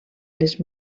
les